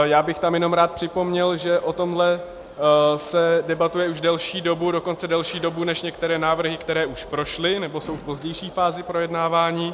Já bych tam jenom rád připomněl, že o tomhle se debatuje už delší dobu, dokonce delší dobu než některé návrhy, které už prošly nebo jsou v pozdější fázi projednávání.